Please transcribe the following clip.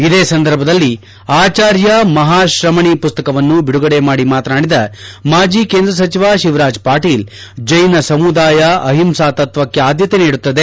ಇದೇ ಸಂದರ್ಭದಲ್ಲಿ ಆಚಾರ್ಯ ಮಪಾ ಶ್ರಮಣೀ ಮಸಕ್ತವನ್ನು ಬಿಡುಗಡೆ ಮಾಡಿ ಮಾತನಾಡಿದ ಮಾಜಿ ಕೇಂದ್ರ ಸಚಿವ ಶಿವರಾಜ್ ಪಾಟೀಲ್ ಜೈನ ಸಮುದಾಯ ಅಹಿಂಸೆಗೆ ಪ್ರಧಾನ ಆದ್ಮತೆ ನೀಡುತ್ತದೆ